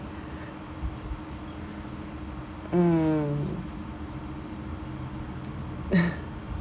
mm